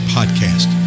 Podcast